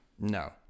No